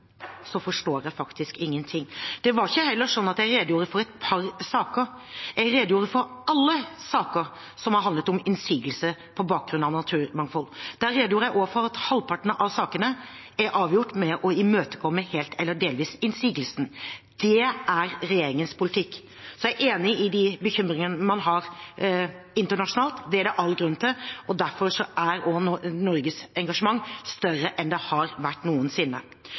forstår jeg faktisk ingenting. Det var heller ikke sånn at jeg redegjorde for et par saker, jeg redegjorde for alle saker som har handlet om innsigelser på bakgrunn av naturmangfold. Jeg redegjorde også for at halvparten av sakene er avgjort med å imøtekomme, helt eller delvis, innsigelsen. Det er regjeringens politikk. Så er jeg enig i de bekymringene man har internasjonalt. Det er det all grunn til. Derfor er Norges engasjement større nå enn det har vært noensinne.